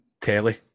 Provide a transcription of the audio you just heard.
telly